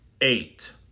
eight